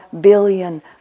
billion